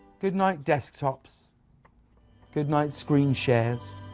goodnight, desktops goodnight, screen shares